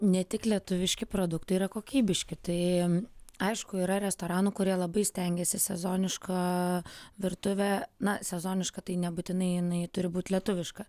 ne tik lietuviški produktai yra kokybiški tai aišku yra restoranų kurie labai stengiasi sezonišką virtuvę na sezoniška tai nebūtinai jinai turi būt lietuviška